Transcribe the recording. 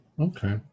Okay